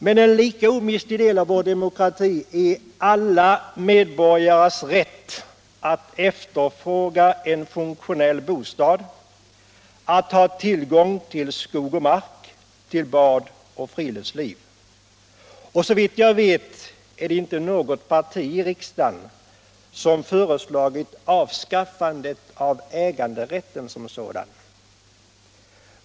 Men en lika omistlig del av vår demokrati är alla medborgares rätt att efterfråga en funktionell bostad, att ha tillgång till skog och mark, till bad och friluftsliv. Såvitt jag vet är det inte något parti i riksdagen som har föreslagit avskaffande av äganderätten som sådan.